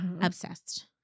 Obsessed